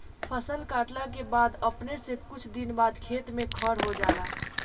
फसल काटला के बाद अपने से कुछ दिन बाद खेत में खर हो जाला